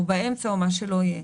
באמצע או מה שלא יהיה.